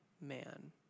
man